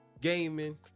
gaming